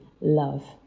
love